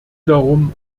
darum